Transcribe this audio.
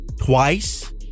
Twice